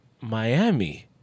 Miami